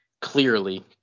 clearly